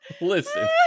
Listen